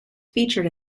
featured